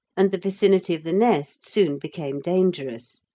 and the vicinity of the nest soon became dangerous.